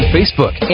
Facebook